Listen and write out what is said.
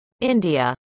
India